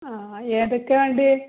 ആ ഏതൊക്കെയാണ് വേണ്ടത്